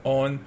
on